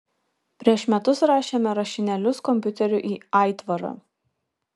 prieš metus rašėme rašinėlius kompiuteriu į aitvarą